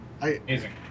Amazing